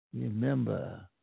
Remember